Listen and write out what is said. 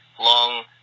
long